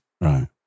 Right